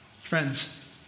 Friends